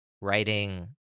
writing